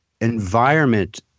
environment